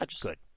Good